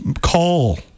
call